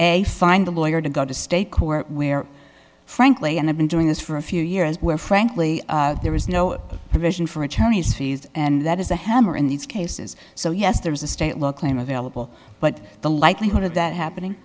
will find a lawyer to go to state court where frankly and i've been doing this for a few years where frankly there is no provision for attorney's fees and that is a hammer in these cases so yes there is a state look lame available but the likelihood of that happening